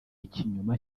ikinyoma